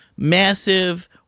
massive